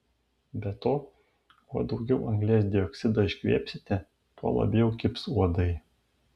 be to kuo daugiau anglies dioksido iškvėpsite tuo labiau kibs uodai